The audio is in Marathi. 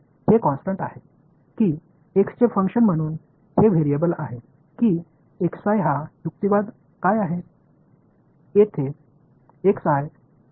हे कॉन्स्टन्ट आहे की x चे फंक्शन म्हणून हे व्हेरिएबल आहे की हा युक्तिवाद काय आहे